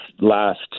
last